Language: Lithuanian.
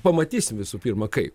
pamatysim visų pirma kaip